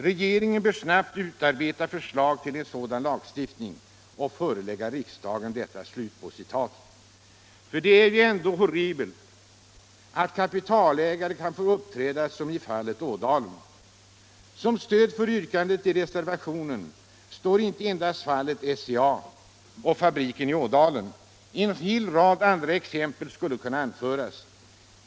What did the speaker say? Regeringen bör snabbt utarbeta förslag till sådan lagstiftning och förelägga riksdagen detta.” Det är ändå horribelt att kapitalägare kan få uppträda som i fallet Ådalen. ; Som stöd för yrkandet i reservationen står inte endast fallet SCA fabriken i Ådalen. En hel del andra exempel skulle kunna anföras.